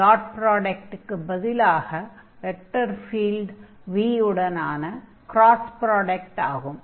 dot ப்ராடக்ட்டுக்கு பதிலாக vector field v உடனான க்ராஸ் ப்ராடக்ட் ஆகும்